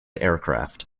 aircraft